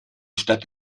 stadt